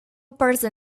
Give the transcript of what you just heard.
person